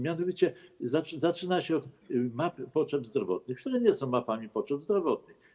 Mianowicie zaczyna się od mapy potrzeb zdrowotnych, które nie są mapami potrzeb zdrowotnych.